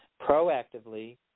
proactively